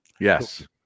Yes